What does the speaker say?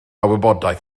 wybodaeth